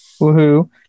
woohoo